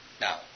Now